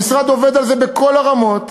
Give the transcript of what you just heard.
המשרד עובד על זה בכל הרמות,